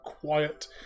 quiet